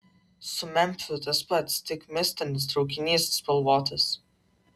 su memfiu tas pats tik mistinis traukinys spalvotas